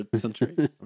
century